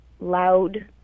loud